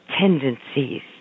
tendencies